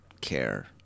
care